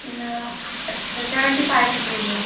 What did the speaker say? نہ اچھا seventy five rupees میں